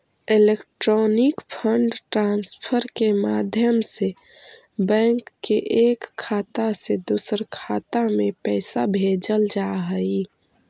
electronic fund transfer के माध्यम से बैंक के एक खाता से दूसर खाते में पैइसा भेजल जा हइ